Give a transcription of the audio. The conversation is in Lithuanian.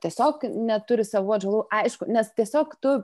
tiesiog neturi savų atžalų aišku nes tiesiog tu